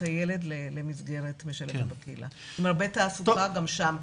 הילד למסגרת משלבת בקהילה בתעסוקה גם שם.